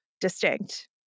distinct